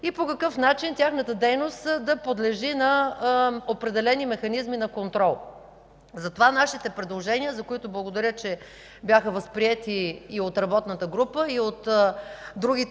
и по какъв начин тяхната дейност да подлежи на определени механизми на контрол? Затова нашите предложения – за които благодаря, че бяха възприети и от работната група, и от другите